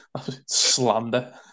slander